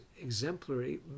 exemplary